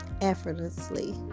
effortlessly